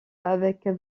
avec